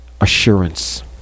Assurance